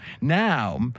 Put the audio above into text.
Now